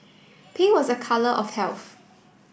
pea was a colour of health